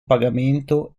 pagamento